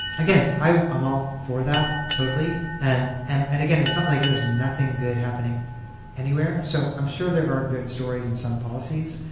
again, i'm i'm all for that totally, and and and again it's not like there's nothing good happening anywhere. so i'm sure there are good stories in some policies.